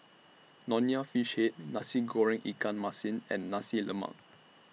Nonya Fish Head Nasi Goreng Ikan Masin and Nasi Lemak